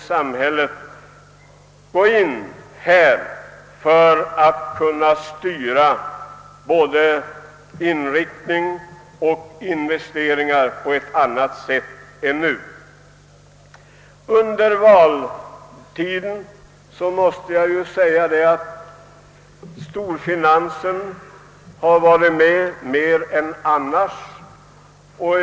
Samhället måste träda in och styra investeringarnas inriktning på ett annat sätt än nu. Jag måste säga, att under årets valrörelse var storfinansen med i större utsträckning än eljest.